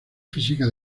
física